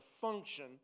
function